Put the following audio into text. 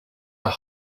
are